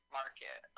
market